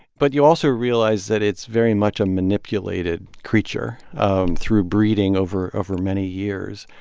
but you also realize that it's very much a manipulated creature um through breeding over over many years.